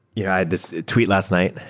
yeah i had this tweet last night,